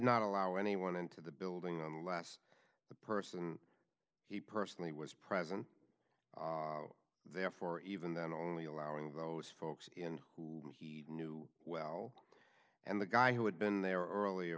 not allow anyone into the building unless the person he personally was present there for even then only allowing those folks in whom he knew well and the guy who had been there earlier